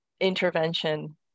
intervention